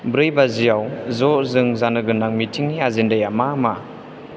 ब्रै बाजियाव ज' जों जानो गोनां मिटिंनि एजेन्दाया मा मा